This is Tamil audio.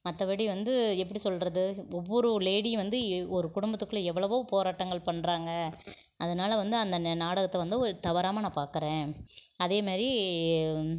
மற்றப்படி வந்து எப்படி சொல்கிறது ஒவ்வொரு லேடியும் வந்து ஒரு குடும்பத்துக்குள்ள எவ்வளவோ போராட்டங்கள் பண்ணுறாங்க அதனால் வந்து அந்த ந நாடகத்தை வந்து ஒ தவறாமல் நான் பார்க்கறேன் அதே மாதிரி